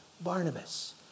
Barnabas